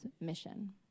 mission